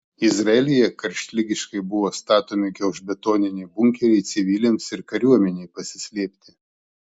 izraelyje karštligiškai buvo statomi gelžbetoniniai bunkeriai civiliams ir kariuomenei pasislėpti